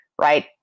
right